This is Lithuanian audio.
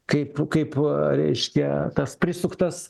kaip kaip reiškia tas prisuktas